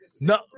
no